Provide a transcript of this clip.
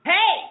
Hey